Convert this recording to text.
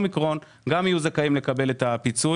תודה.